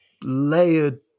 layered